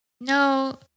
no